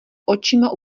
očima